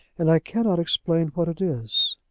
and i cannot explain what it is.